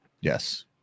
yes